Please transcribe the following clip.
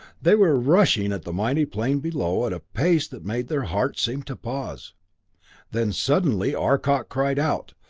they were rushing at the mighty plane below at a pace that made their hearts seem to pause then suddenly arcot cried out,